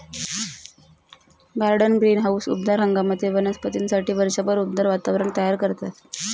garden greenhouse उबदार हंगामातील वनस्पतींसाठी वर्षभर उबदार वातावरण तयार करतात